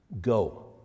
Go